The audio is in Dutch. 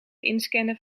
inscannen